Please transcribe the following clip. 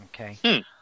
Okay